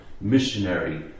missionary